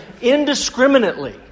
indiscriminately